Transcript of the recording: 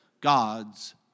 God's